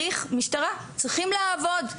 המשטרה צריכה לעבוד,